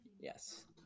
Yes